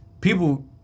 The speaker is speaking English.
People